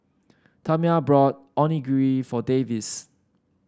Tamya bought Onigiri for Davis